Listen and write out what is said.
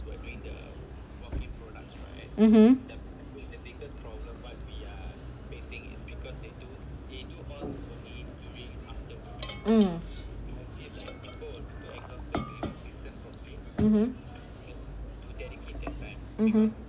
mmhmm um mmhmm